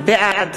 בעד